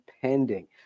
pending